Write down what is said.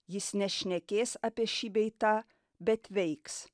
jis nešnekės apie šį bei tą bet veiks